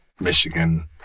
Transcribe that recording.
Michigan